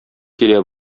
килә